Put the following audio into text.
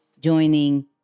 joining